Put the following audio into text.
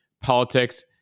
politics